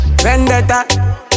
Vendetta